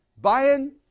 Buying